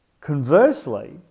Conversely